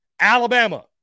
Alabama